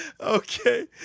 Okay